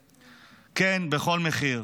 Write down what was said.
כן, בכל מחיר.